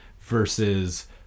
versus